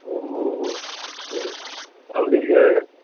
ओ अस्तु अवदीर्घः